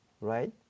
right